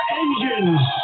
engines